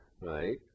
right